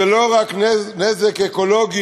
זה לא רק נזק אקולוגי,